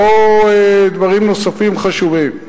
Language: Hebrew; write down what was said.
לא דברים נוספים חשובים.